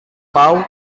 pau